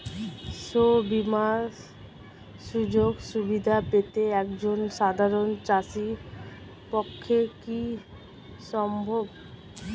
শস্য বীমার সুযোগ সুবিধা পেতে একজন সাধারন চাষির পক্ষে কি সম্ভব?